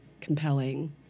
compelling